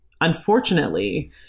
unfortunately